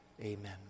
Amen